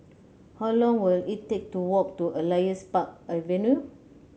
how long will it take to walk to Elias Park Avenue